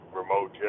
remote